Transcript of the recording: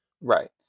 Right